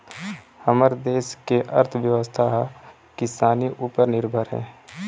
हमर देस के अर्थबेवस्था ह किसानी उपर निरभर हे